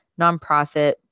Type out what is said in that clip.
nonprofit